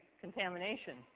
contamination